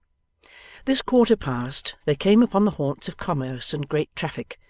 this quarter passed, they came upon the haunts of commerce and great traffic,